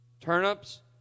Turnips